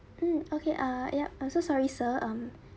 mm okay uh ya I'm so sorry sir um